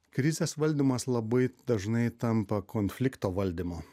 krizės valdymas labai dažnai tampa konflikto valdymo